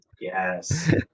Yes